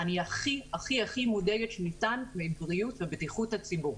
אני הכי הכי מודאגת שניתן לבריאות ובטיחות הציבור.